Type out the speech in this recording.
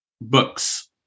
Books